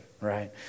right